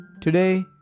Today